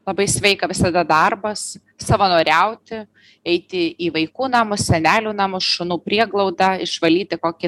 labai sveika visada darbas savanoriauti eiti į vaikų namus senelių namus šunų prieglaudą išvalyti kokį